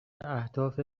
اهداف